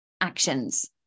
actions